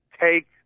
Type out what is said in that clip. Take